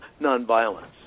nonviolence